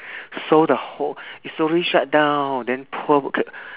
so the whole it slowly shut down then poor okay